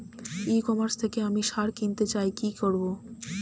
ই commerce থেকে আমি সার কিনতে চাই কি করব?